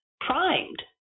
primed